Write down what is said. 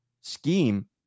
scheme